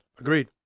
Agreed